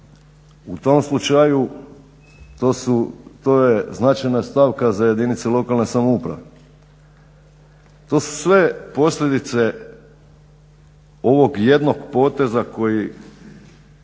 U tom slučaju to su, to je značajna stavka za jedinice lokalne samouprave. To su sve posljedice ovog jednog poteza koji